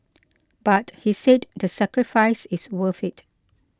but he said the sacrifice is worth it